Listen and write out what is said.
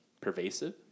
pervasive